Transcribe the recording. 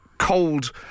Cold